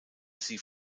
sie